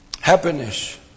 happiness